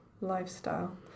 lifestyle